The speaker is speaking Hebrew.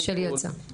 קודם כל,